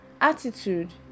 Attitude